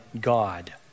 God